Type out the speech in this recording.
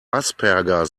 asperger